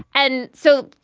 and so.